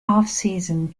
offseason